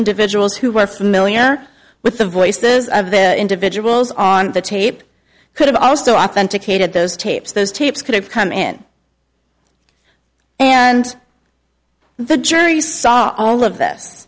individuals who were familiar with the voices of the individuals on the tape could have also authenticated those tapes those tapes could have come in and the jury saw all of that